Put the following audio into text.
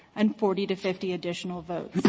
and forty to fifty additional votes.